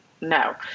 No